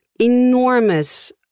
enormous